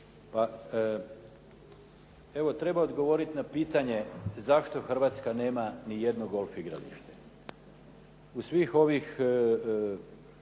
Evo, treba odgovoriti na pitanje zašto Hrvatska nema nijedno golf igralište. U svih ovih